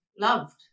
loved